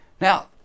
Now